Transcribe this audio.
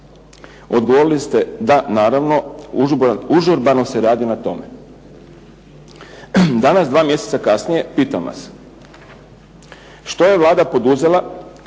Odgovorili ste, da naravno, užurbano se radi na tome. Danas dva mjeseca kasnije pitam vas. Što je Vlada poduzela